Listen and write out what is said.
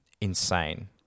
Insane